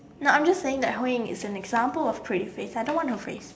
no I am just saying that Hui-Ying is an example of pretty face I don't want her face